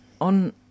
on